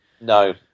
No